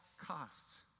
costs